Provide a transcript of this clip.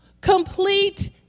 Complete